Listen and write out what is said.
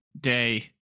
day